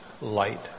light